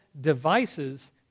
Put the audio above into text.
devices